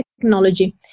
technology